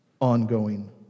ongoing